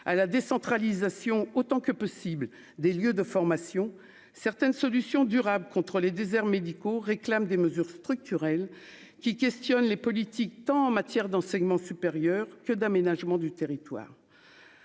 à la décentralisation, autant que possible des lieux de formation certaines solutions durables contre les déserts médicaux réclament des mesures structurelles qui questionnent les politiques tant en matière d'enseignement supérieur que d'aménagement du territoire,